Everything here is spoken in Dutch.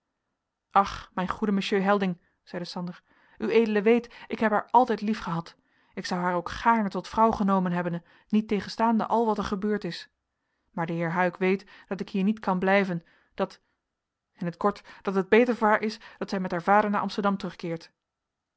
ach mijn goede monsieur helding zeide sander ued weet ik heb haar altijd lief gehad ik zou haar ook gaarne tot vrouw genomen hebben niettegenstaande al wat er gebeurd is maar de heer huyck weet dat ik hier niet kan blijven dat in t kort dat het beter voor haar is dat zij met haar vader naar amsterdam terugkeert